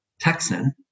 Texan